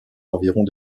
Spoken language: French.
environs